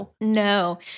No